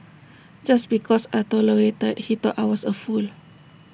just because I tolerated he thought I was A fool